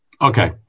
Okay